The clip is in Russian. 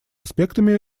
аспектами